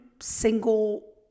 single